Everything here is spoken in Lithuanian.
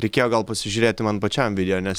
reikėjo gal pasižiūrėti man pačiam video nes